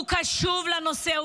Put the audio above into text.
הוא קשוב לנושא.